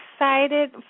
excited